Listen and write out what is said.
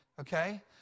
okay